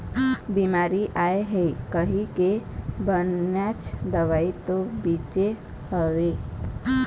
बिमारी आय हे कहिके बनेच दवई तो छिचे हव